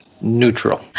neutral